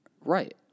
Right